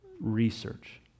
research